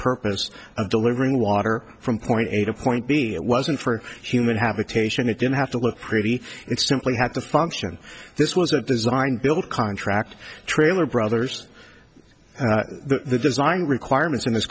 purpose of delivering water from point a to point b it wasn't for human habitation it didn't have to look pretty it simply had to function this was a design build contract trailer brothers the design requirements in this